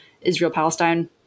Israel-Palestine